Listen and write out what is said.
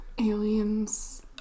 aliens